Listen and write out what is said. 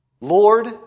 Lord